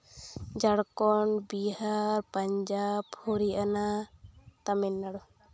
Jharkhand Bihar Punjab Haryana Tamil Nadu